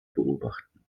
beobachten